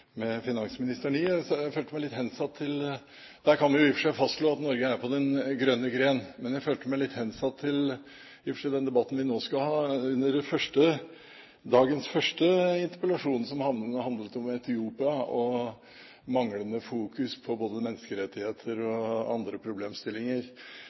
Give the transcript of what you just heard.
med finansministeren i. Da kan vi i og for seg fastslå at Norge er på den grønne gren. Men i den debatten vi nå skal ha, føler jeg meg i og for seg litt hensatt til dagens første interpellasjon, som handlet om Etiopia og manglende fokusering på både menneskerettigheter